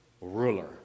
ruler